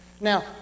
Now